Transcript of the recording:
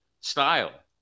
style